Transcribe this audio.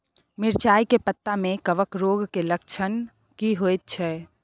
मिर्चाय के पत्ता में कवक रोग के लक्षण की होयत छै?